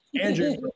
Andrew